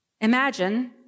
Imagine